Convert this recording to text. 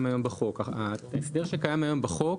היום בחוק ההסדר שקיים היום בחוק